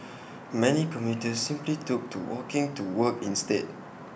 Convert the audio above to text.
many commuters simply took to walking to work instead